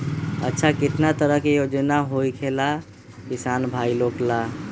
अच्छा कितना तरह के योजना होखेला किसान भाई लोग ला?